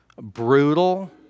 brutal